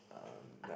um like